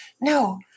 No